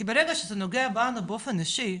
כי ברגע שזה נוגע בנו באופן אישי,